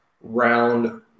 round